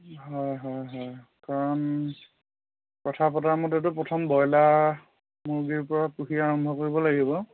হয় হয় হয় কাৰণ কথা পতাৰ মতেতো প্ৰথম ব্ৰইলাৰ মুৰ্গীৰ পৰা খুঁটি আৰম্ভ কৰিব লাগিব